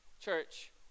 church